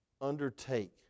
undertake